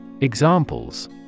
Examples